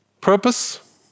Purpose